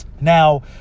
Now